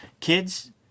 Kids